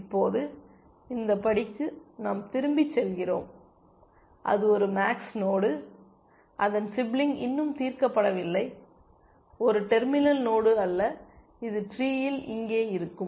இப்போது இந்த படிக்கு நாம் திரும்பிச் செல்கிறோம் அது ஒரு மேக்ஸ் நோடு அதன் சிப்லிங் இன்னும் தீர்க்கப்படவில்லை ஒரு டெர்மினல் நோடு அல்ல இது ட்ரீயில் இங்கோ இருக்கும்